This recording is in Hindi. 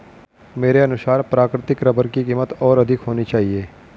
मेरे अनुसार प्राकृतिक रबर की कीमत और अधिक होनी चाहिए